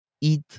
eat